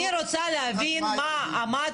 אני רוצה להבין מה עמד